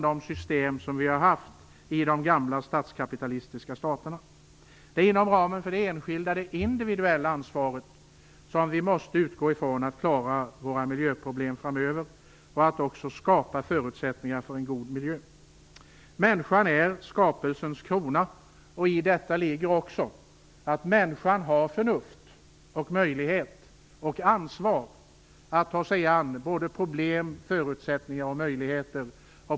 Detta har visat sig i de gamla statskapitalistiska staterna. Om vi skall klara våra miljöproblem framöver och också kunna skapa förutsättningar för en god miljö måste vi i stället utgå från den enskilde, från det individuella ansvaret. Människan är skapelsens krona, och i detta ligger också att människan har förnuft och att hon har möjligheter och ansvar att ta sig an problem och ta till sig förutsättningar och möjligheter.